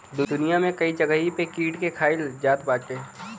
दुनिया में कई जगही पे कीट के खाईल जात बाटे